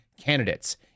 candidates